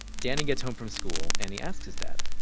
danny gets home from school. and he asks his dad,